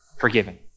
forgiven